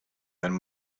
than